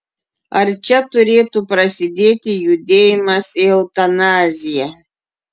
ar čia turėtų prasidėti judėjimas į eutanaziją